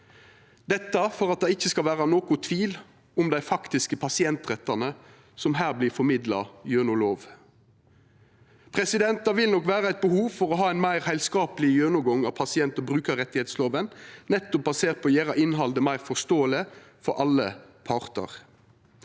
Dette er for at det ikkje skal vera nokon tvil om dei faktiske pasientrettane som her blir formidla gjennom lov. Det vil nok vera eit behov for å ha ein meir heilskapleg gjennomgang av pasient- og brukarrettslova nettopp basert på å gjera innhaldet meir forståeleg for alle partar.